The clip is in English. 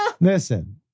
Listen